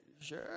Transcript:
sure